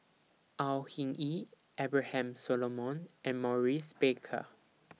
Au Hing Yee Abraham Solomon and Maurice Baker